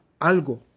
algo